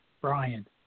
Brian